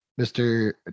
Mr